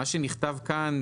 מה שנכתב כאן,